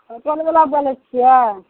होटलवला बोलय छियै